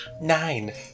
Nine